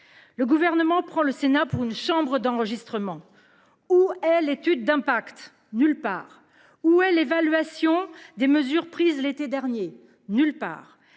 Le Gouvernement prend le Sénat pour une chambre d'enregistrement. Où est l'étude d'impact ? Nulle part. Où est l'évaluation des mesures prises l'été dernier ? Nulle part.